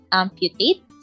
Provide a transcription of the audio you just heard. amputate